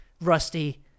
Rusty